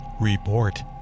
Report